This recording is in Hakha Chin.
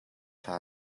ṭha